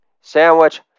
sandwich